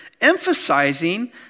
emphasizing